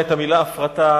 את המלה הפרטה,